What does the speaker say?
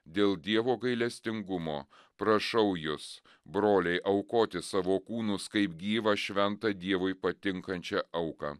dėl dievo gailestingumo prašau jus broliai aukoti savo kūnus kaip gyvą šventą dievui patinkančią auką